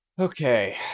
Okay